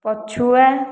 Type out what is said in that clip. ପଛୁଆ